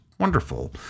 Wonderful